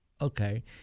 Okay